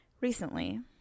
recently